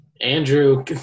Andrew